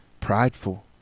prideful